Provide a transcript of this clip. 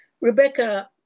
Rebecca